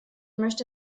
möchte